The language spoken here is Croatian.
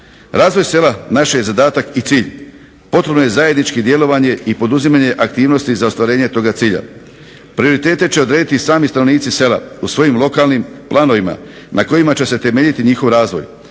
Razvoj sela naš je zadatak i cilj. Potrebno je zajedničko djelovanje i poduzimanje aktivnosti za ostvarenje toga cilja. Prioritete će odrediti sami stanovnici sela u svojim lokalnim planovima na kojima će se temeljiti njihov razvoj.